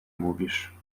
mówisz